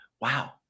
wow